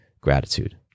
gratitude